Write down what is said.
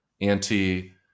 anti